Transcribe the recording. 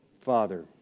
Father